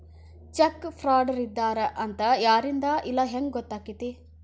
Check ಫ್ರಾಡರಿದ್ದಾರ ಅಂತ ಯಾರಿಂದಾ ಇಲ್ಲಾ ಹೆಂಗ್ ಗೊತ್ತಕ್ಕೇತಿ?